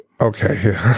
Okay